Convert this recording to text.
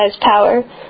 power